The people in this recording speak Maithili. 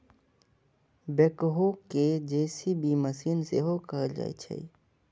बैकहो कें जे.सी.बी मशीन सेहो कहल जाइ छै